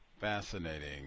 Fascinating